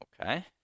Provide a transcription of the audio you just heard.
Okay